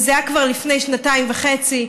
וזה היה כבר לפני שנתיים וחצי,